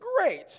great